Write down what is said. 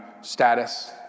status